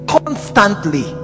constantly